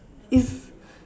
it's